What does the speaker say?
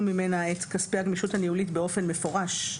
ממנה את כספי הגמישות הניהולית באופן מפורש.